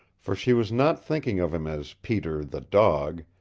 for she was not thinking of him as peter, the dog,